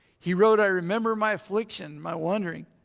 he wrote i remember my affliction, my wandering.